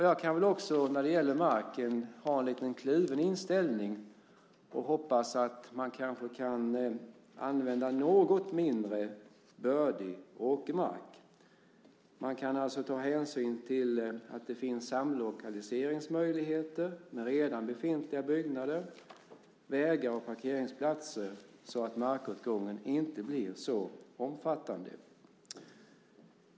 Jag kan också ha en lite kluven inställning när det gäller marken och hoppas att man kanske kan använda något mindre bördig åkermark. Man kan ju ta hänsyn till att det finns samlokaliseringsmöjligheter med redan befintliga byggnader, vägar och parkeringsplatser så att markåtgången inte blir så omfattande.